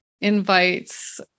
invites